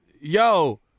Yo